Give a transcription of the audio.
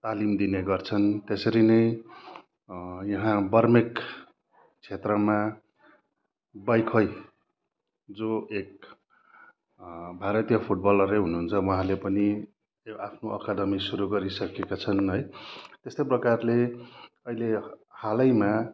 तालिम दिने गर्छन् त्यसरी नै यहाँ बर्मेक क्षेत्रमा बैखै जो एक भारतीय फुटबलरै हुनुहुन्छ उहाँले पनि आफ्नो एकाडमी सुरु गरिसकेका छन् है त्यस्तै प्रकारले अहिले हालैमा